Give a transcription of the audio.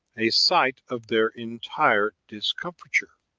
a sight of their entire discomfiture.